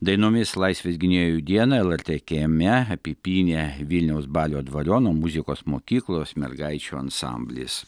dainomis laisvės gynėjų dieną lrt kieme apipynė vilniaus balio dvariono muzikos mokyklos mergaičių ansamblis